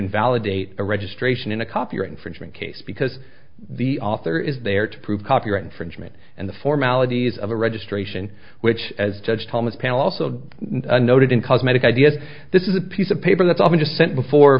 invalidate a registration in a copyright infringement case because the author is there to prove copyright infringement and the formalities of a registration which as judge thomas panel also noted in cosmetic i d s this is a piece of paper that's often just sent before